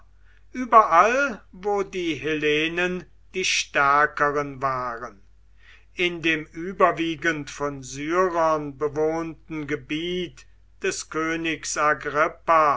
überall wo die hellenen die stärkeren waren in dem überwiegend von syrern bewohnten gebiet des königs